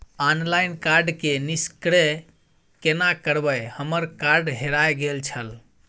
Online card के निष्क्रिय केना करबै हमर कार्ड हेराय गेल छल?